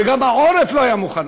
וגם העורף לא היה מוכן.